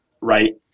right